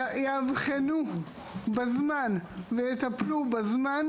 אם יאבחנו בזמן ויטפלו בזמן,